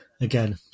again